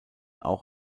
auch